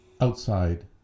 outside